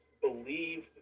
believe